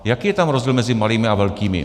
Jaký je tam rozdíl mezi malými a velkými?